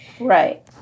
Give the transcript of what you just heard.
right